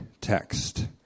text